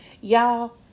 Y'all